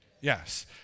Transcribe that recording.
Yes